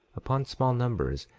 upon small numbers,